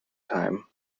time